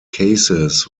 cases